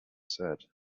said